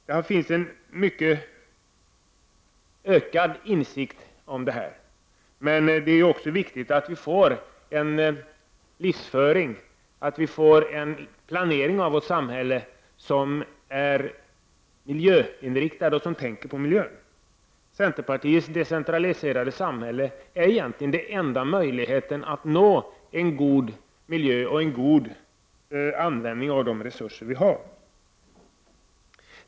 Insikten om miljöfrågornas betydelse har ökat, men det är också viktigt att planeringen av vårt samhälle är miljöinriktad. Centerpartiets decentraliserade samhälle är egentligen det enda som garanterar en god miljö och en god användning av våra resurser.